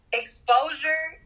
exposure